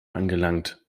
angelangt